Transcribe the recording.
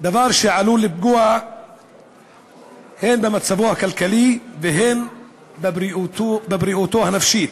דבר שעלול לפגוע הן במצבו הכלכלי והן בבריאותו הנפשית.